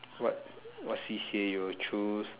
what what C_C_A you would choose